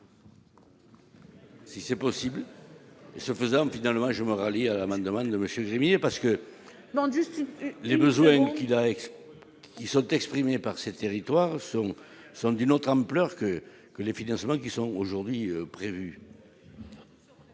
Si c'est possible et, ce faisant, finalement, je me rallie à l'amendement de monsieur parce que bon, les besoins qu'il a ils sont exprimées par ces territoires sont sont d'une autre ampleur que que les financements qui sont aujourd'hui prévues.